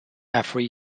every